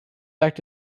act